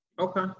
Okay